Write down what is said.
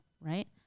right